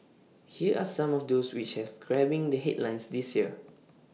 here are some of those which have grabbing the headlines this year